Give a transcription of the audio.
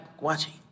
watching